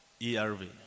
ERV